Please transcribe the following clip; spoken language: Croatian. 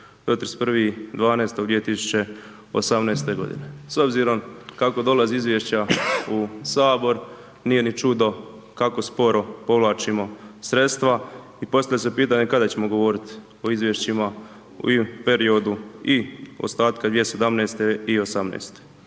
31.12.2018. godine. S obzirom kako dolaze izvješća u Sabor nije ni čudo kako sporo povlačimo sredstva. I postavlja se pitanje kada ćemo govoriti o izvješćima i periodu i ostatka 2017. i 2018.